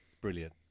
Brilliant